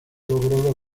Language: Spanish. logró